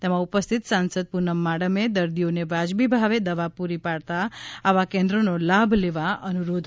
તેમાં ઉપસ્થિત સાંસદ પૂનમ માડમે દર્દીઓને વ્યાજબી ભાવે દવા પૂરી પાડતાં આવાં કેન્દ્રોનો લાભ લેવા અનુરોધ કર્યો હતો